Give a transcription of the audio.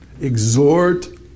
exhort